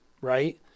right